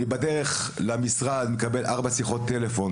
אני בדרך למשרד מקבל ארבע שיחות טלפון,